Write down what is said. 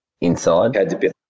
inside